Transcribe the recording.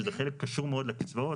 וזה חלק שקשור מאוד לקצבאות,